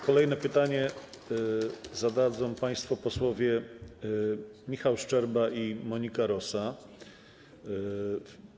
Kolejne pytanie zadadzą państwo posłowie Michał Szczerba i Monika Rosa.